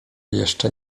jeszcze